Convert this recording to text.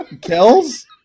Kells